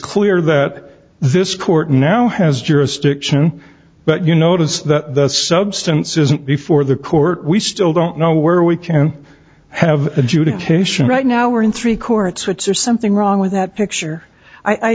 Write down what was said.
clear that this court now has jurisdiction but you notice that the substance isn't before the court we still don't know where we can have adjudication right now or in three courts which there's something wrong with that picture i